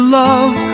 love